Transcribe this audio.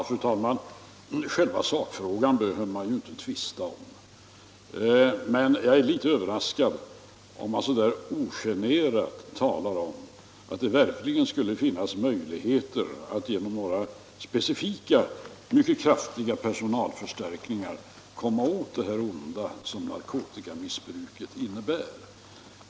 Fru talman! Själva sakfrågan behöver man ju inte tvista om. Men jag är litet överraskad om man ogenerat vill hävda att det verkligen skulle finnas möjligheter att genom några specifika, mycket kraftiga personalförstärkningar komma åt det onda som narkotikamissbruket innebär.